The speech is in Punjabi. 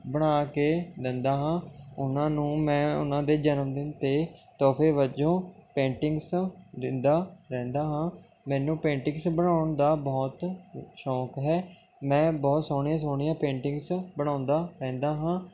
ਬਣਾ ਕੇ ਦਿੰਦਾ ਹਾਂ ਉਹਨਾਂ ਨੂੰ ਮੈਂ ਉਹਨਾਂ ਦੇ ਜਨਮਦਿਨ 'ਤੇ ਤੋਹਫੇ ਵਜੋਂ ਪੇਂਟਿੰਗਸ ਦਿੰਦਾ ਰਹਿੰਦਾ ਹਾਂ ਮੈਨੂੰ ਪੇਂਟਿੰਗਸ ਬਣਾਉਣ ਦਾ ਬਹੁਤ ਸ਼ੌਂਕ ਹੈ ਮੈਂ ਬਹੁਤ ਸੋਹਣੀਆਂ ਸੋਹਣੀਆਂ ਪੇਟਿੰਗਸ ਬਣਾਉਂਦਾ ਰਹਿੰਦਾ ਹਾਂ